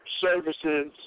services